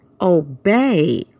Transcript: obey